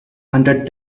hunted